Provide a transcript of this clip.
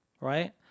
right